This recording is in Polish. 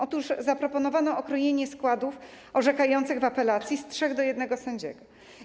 Otóż zaproponowano okrojenie składów orzekających w apelacji z trzech sędziów do jednego sędziego.